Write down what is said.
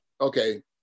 okay